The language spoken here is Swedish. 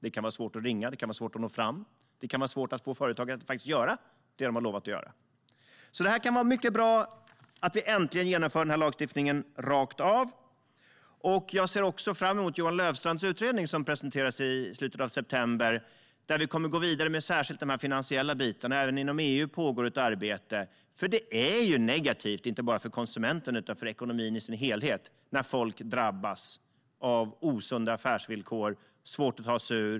Det kan vara svårt att ringa, svårt att nå fram, och det kan vara svårt att få företagen att faktiskt göra det som de har lovat att göra. Det är mycket bra att vi äntligen genomför den här lagstiftningen rakt av. Jag ser också fram emot Johan Löfstrands utredning som ska presenteras i slutet av september. Vi kommer att gå vidare med särskilt de finansiella bitarna. Även inom EU pågår ett arbete. Det är ju negativt, inte bara för konsumenten utan för ekonomin i sin helhet, när folk drabbas av osunda affärsvillkor som det är svårt att ta sig ur.